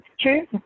True